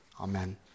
Amen